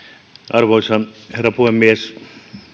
arvoisa herra puhemies